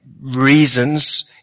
reasons